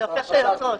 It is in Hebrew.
הופך את היוצרות.